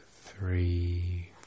three